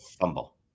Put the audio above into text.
fumble